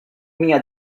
mia